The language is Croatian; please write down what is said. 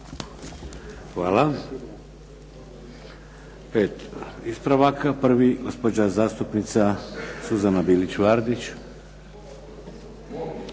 Hvala.